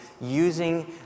using